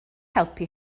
helpu